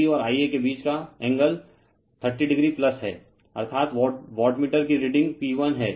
तो Vab और Ia के बीच का एंगल 30o है अर्थात् वाटमीटर कि रीडिंग P1 है